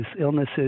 illnesses